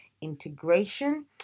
integration